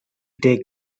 take